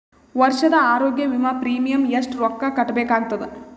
ವರ್ಷದ ಆರೋಗ್ಯ ವಿಮಾ ಪ್ರೀಮಿಯಂ ಎಷ್ಟ ರೊಕ್ಕ ಕಟ್ಟಬೇಕಾಗತದ?